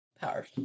power